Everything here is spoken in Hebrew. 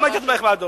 גם הייתי תומך בו.